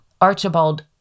Archibald